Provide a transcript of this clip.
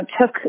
took